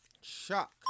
Chuck